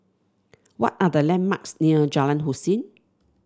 what are the landmarks near Jalan Hussein